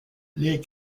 les